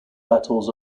battles